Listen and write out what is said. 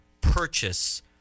purchase